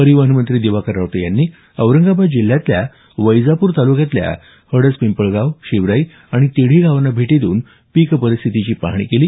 परिवहन मंत्री दिवाकर रावते यांनी औरंगाबाद जिल्ह्यातल्या वैजापूर तालुक्यातल्या हडसपिंपळगाव शिवराई आणि तिढी गावांना भेटी देऊन पीक परिस्थितीची पाहणी केली